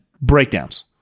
breakdowns